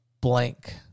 blank